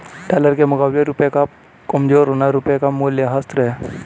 dollar के मुकाबले रुपए का कमज़ोर होना रुपए का मूल्यह्रास है